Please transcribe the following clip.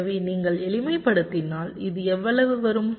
எனவே நீங்கள் எளிமைப்படுத்தினால் இது எவ்வளவு வரும்